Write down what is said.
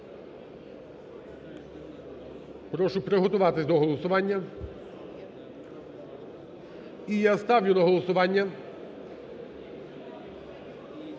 Прошу приготуватись до голосування. І я ставлю на голосування